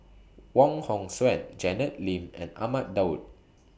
Wong Hong Suen Janet Lim and Ahmad Daud